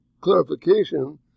clarification